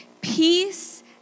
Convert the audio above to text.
peace